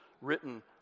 written